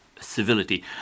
civility